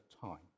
time